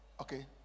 okay